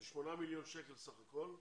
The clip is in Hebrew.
זה 8 מיליון שקל בסך הכול.